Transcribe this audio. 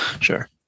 sure